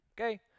Okay